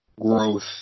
growth